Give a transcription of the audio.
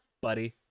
buddy